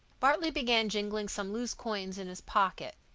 bartley began jingling some loose coins in his pocket.